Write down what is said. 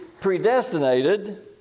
predestinated